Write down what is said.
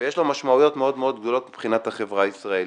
ויש לו משמעויות מאוד גדולות מבחינת החברה הישראלית.